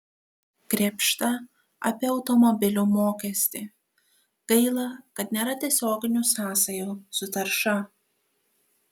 krėpšta apie automobilių mokestį gaila kad nėra tiesioginių sąsajų su tarša